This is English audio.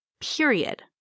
period